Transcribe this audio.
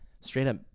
Straight-up